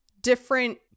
different